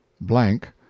blank